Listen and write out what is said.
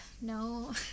no